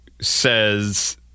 says